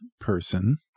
person